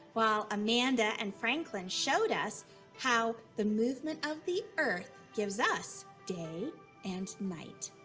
while amanda and franklin showed us how the movement of the earth gives us day and night.